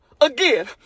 again